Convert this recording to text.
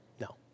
No